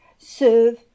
serve